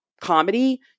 comedy